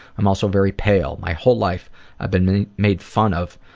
i'm also very pale. my whole life i've been made fun of